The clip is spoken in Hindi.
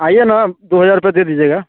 आईए ना दो हज़ार रुपए दे दीजिएगा